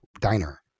diner